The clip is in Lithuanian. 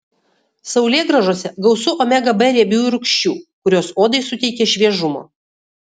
saulėgrąžose gausu omega b riebiųjų rūgščių kurios odai suteikia šviežumo